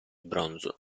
bronzo